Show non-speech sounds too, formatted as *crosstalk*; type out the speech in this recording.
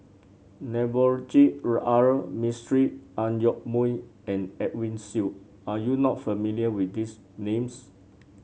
Navroji *unintelligible* R Mistri Ang Yoke Mooi and Edwin Siew are you not familiar with these names